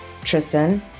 Tristan